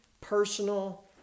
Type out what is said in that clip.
personal